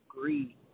agree